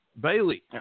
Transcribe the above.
Bailey